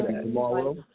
tomorrow